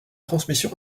transmission